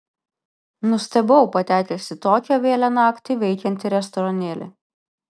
nustebau patekęs į tokią vėlią naktį veikiantį restoranėlį